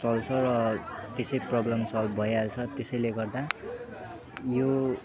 चल्छ र त्यसै प्रब्लम सल्भ भइहाल्छ त्यसैले गर्दा यो